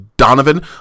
Donovan